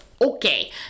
Okay